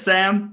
Sam